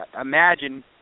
imagine